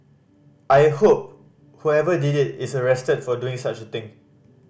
I hope whoever did it is arrested for doing such a thing